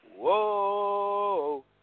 Whoa